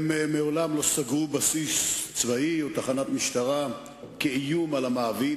הם מעולם לא סגרו בסיס צבאי או תחנת משטרה כאיום על המעביד,